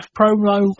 promo